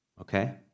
okay